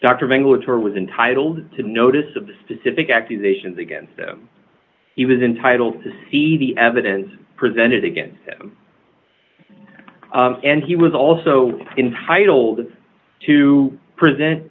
her was entitled to notice of the specific accusations against him he was entitled to see the evidence presented against him and he was also intitled to present